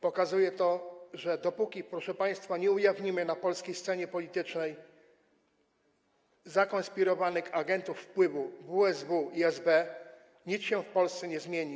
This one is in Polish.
Pokazuje to to, że dopóki, proszę państwa, nie ujawnimy na polskiej scenie politycznej zakonspirowanych agentów wpływu WSW i SB, nic się w Polsce nie zmieni.